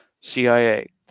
CIA